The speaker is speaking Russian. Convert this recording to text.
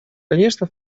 конечно